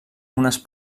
unes